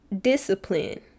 discipline